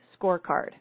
scorecard